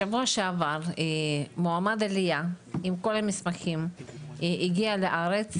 שבוע שעבר מועמד עלייה עם כל המסמכים הגיע לארץ,